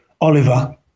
Oliver